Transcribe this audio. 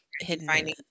hidden